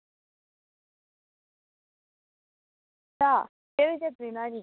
आं केह्दी सब्ज़ी बनानी